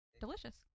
delicious